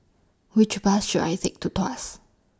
Which Bus should I Take to Tuas